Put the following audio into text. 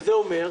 וזה אומר,